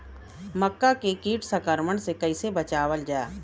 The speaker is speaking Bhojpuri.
मक्का के कीट संक्रमण से कइसे बचावल जा?